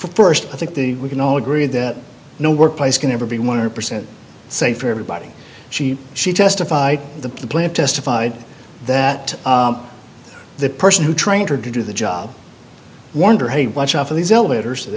first i think the we can all agree that no workplace can ever be one hundred percent safe for everybody she she testified the plant testified that the person who trained her to do the job wonder hey watch out for these elevator